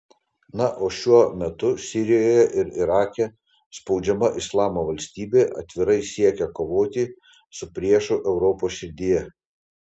na o šiuo metu sirijoje ir irake spaudžiama islamo valstybė atvirai siekia kovoti su priešu europos širdyje